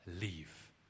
leave